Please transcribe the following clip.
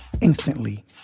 instantly